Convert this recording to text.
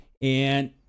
And-